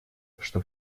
что